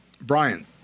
Brian